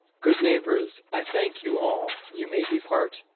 good neighbours, i thank you all. you may depart.